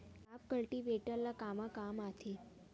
Crop cultivator ला कमा काम आथे?